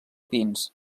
pins